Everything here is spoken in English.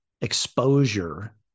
exposure